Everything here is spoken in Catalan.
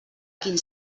quin